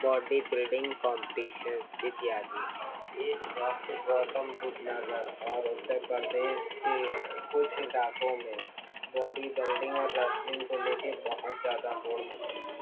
body building competitions اتیادی اس وقت گوتم بدھ نگر اور اتر پردیش کے کچھ علاقوں میں باڈی بلڈنگ اور ریسلنگ کو لے کے بہت زیادہ ہوڑ مچی ہوئی ہے